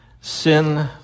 sin